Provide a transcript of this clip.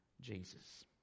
Jesus